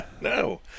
No